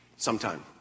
Sometime